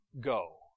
go